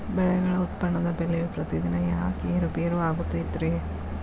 ಬೆಳೆಗಳ ಉತ್ಪನ್ನದ ಬೆಲೆಯು ಪ್ರತಿದಿನ ಯಾಕ ಏರು ಪೇರು ಆಗುತ್ತೈತರೇ?